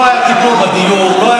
לא היה טיפול בדיור,